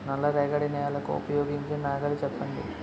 నల్ల రేగడి నెలకు ఉపయోగించే నాగలి చెప్పండి?